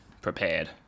prepared